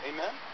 Amen